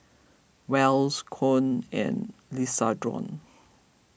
Wells Koen and Lisandro